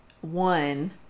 One